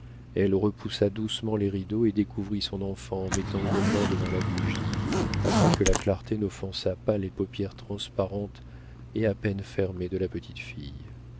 elle repoussa doucement les rideaux et découvrit son enfant en mettant une main devant la bougie afin que la clarté n'offensât pas les paupières transparentes et à peine fermées de la petite fille